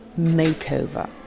makeover